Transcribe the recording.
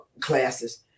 classes